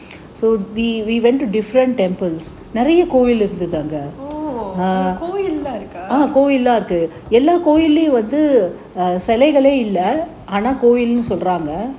oh அங்க கோயில் எல்லாம் இருக்கா:anga kovil ellaam irukaa